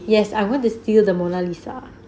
yes I am going to steal the mona lisa